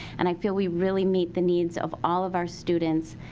and i feel we really meet the needs of all of our students.